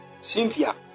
Cynthia